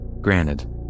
Granted